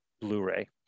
blu-ray